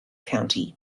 county